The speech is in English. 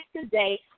today